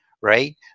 right